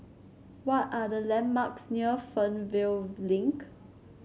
what are the landmarks near Fernvale Link